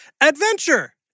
adventure